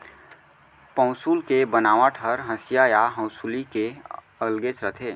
पौंसुल के बनावट हर हँसिया या हँसूली ले अलगेच रथे